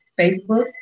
Facebook